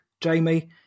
Jamie